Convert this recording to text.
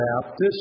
Baptist